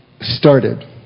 started